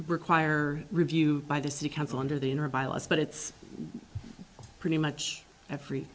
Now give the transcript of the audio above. require review by the city council under the inner violence but it's pretty much every